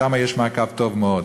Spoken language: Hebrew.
שם יש מעקב טוב מאוד,